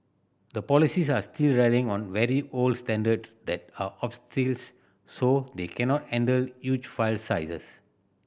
the polices are still relying on very old standards that are so they cannot handle huge file sizes